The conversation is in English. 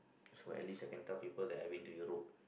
so at least I can tell people that I've been to Europe